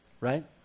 right